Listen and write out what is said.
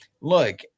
Look